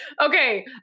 Okay